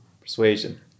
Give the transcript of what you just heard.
Persuasion